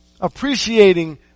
Appreciating